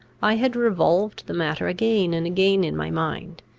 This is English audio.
i had revolved the matter again and again in my mind,